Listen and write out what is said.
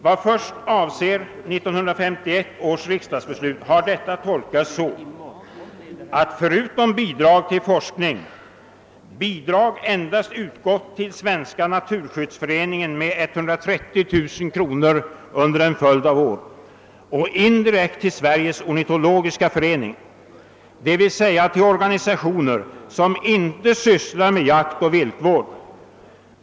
Vad först avser 1951 års riksdagsbeslut har detta tolkats så, att förutom bidrag till forskning bidrag endast utgått till Svenska <naturskyddsföreningen med 130 000 kronor under en följd av år och indirekt till Sveriges ornitologiska förening, d.v.s. till organisationer som inte sysslar med jakt och viltvård.